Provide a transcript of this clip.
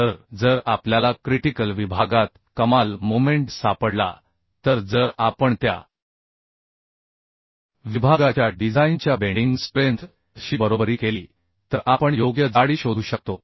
तर जर आपल्याला क्रिटिकल विभागात कमाल मोमेंट सापडला तर जर आपण त्या विभागाच्या डिझाइनच्या बेंडिंग स्ट्रेंथ शी बरोबरी केली तर आपण योग्य जाडी शोधू शकतो